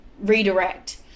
redirect